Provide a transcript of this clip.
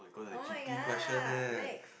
oh-my-god next